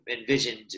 envisioned